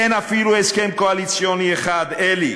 אין אפילו הסכם קואליציוני אחד, אלי,